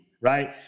right